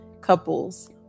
couples